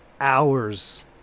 hours